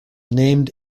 named